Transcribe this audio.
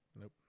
Nope